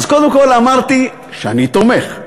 וקודם כול אמרתי שאני תומך.